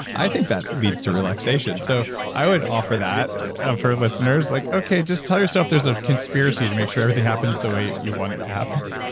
i think that leads to relaxation. so i would offer that up for our listeners, like okay, just tell yourself there's a conspiracy to make sure everything happens the way you want it to happen.